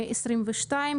2022,